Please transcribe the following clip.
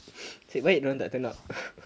nasib baik dia orang tak kena